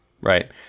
Right